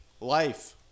Life